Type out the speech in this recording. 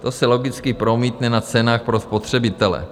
To se logicky promítne na cenách pro spotřebitele.